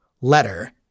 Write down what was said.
letter